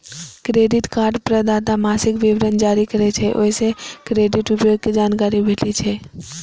credit card प्रदाता मासिक विवरण जारी करै छै, ओइ सं क्रेडिट उपयोग के जानकारी भेटै छै